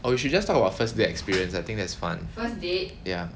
or we should just talk about first date experience I think that's fun ya